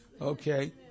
okay